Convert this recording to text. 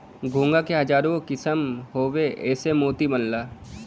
घोंघा क हजारो किसम हउवे एसे मोती बनला